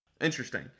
Interesting